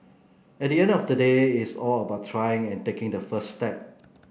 at the end of the day it's all about trying and taking the first step